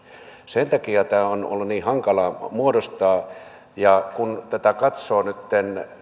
sen takia tämä on ollut niin hankalaa muodostaa kun tätä katsoo nytten